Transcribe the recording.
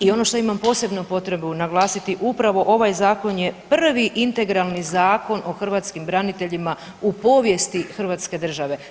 I ono što imam posebnu potrebu naglasiti, upravo ovaj zakon je prvi integralni Zakon o hrvatskim braniteljima u povijesti hrvatske države.